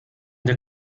der